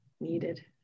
Needed